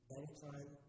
anytime